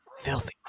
Filthy